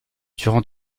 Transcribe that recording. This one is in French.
durant